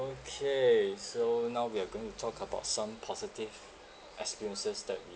okay so now we're going to talk about some positive experiences that we